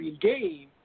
game